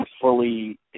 fully